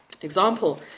example